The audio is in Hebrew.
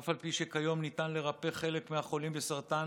אף על פי שכיום ניתן לרפא חלק מהחולים בסרטן